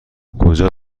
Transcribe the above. کجا